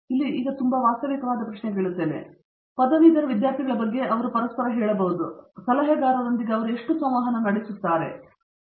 ಇಲ್ಲಿ ನಾನು ತುಂಬಾ ವಾಸ್ತವಿಕವಾದ ಪ್ರಶ್ನೆ ಕೇಳುತ್ತೇನೆ ಇಲ್ಲಿರುವ ಒಂದು ವಿಷಯವೆಂದರೆ ನಾನು ಪದವೀಧರ ವಿದ್ಯಾರ್ಥಿಗಳ ಬಗ್ಗೆ ಅವರು ಪರಸ್ಪರ ಹೇಳುವುದು ಮತ್ತು ಅವರು ಸಲಹೆಗಾರರೊಂದಿಗೆ ಎಷ್ಟು ಸಂವಹನ ನಡೆಸುತ್ತಿದ್ದಾರೆ ಎನ್ನುವುದು ನಿಮಗೆ ತಿಳಿದಿದೆ